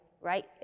right